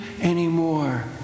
anymore